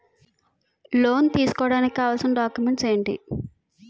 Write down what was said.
Loan తీసుకోడానికి కావాల్సిన documents ఎంటి?